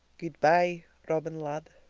good-by, robin lad,